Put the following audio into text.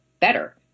better